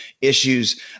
issues